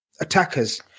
attackers